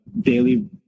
Daily